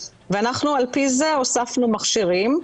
ואנחנו על פי זה הוספנו מכשירים,